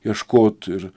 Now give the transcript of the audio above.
ieškot ir